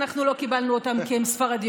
אנחנו לא קיבלנו אותן כי הן ספרדיות.